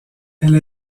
elle